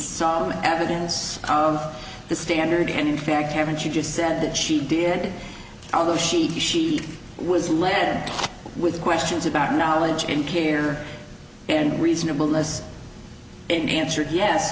solid evidence of the standard and in fact haven't you just said that she did although she she was led with questions about knowledge and care and reasonableness and answered yes